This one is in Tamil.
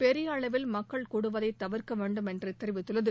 பெரிய அளவில் மக்கள் கூடுவதை தவிர்க்க வேண்டும் என்று தெரிவித்துள்ளது